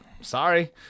Sorry